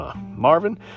Marvin